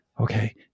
okay